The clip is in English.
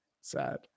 sad